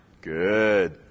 Good